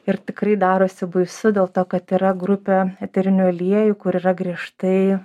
ir tikrai darosi baisu dėl to kad yra grupė eterinių aliejų kur yra griežtai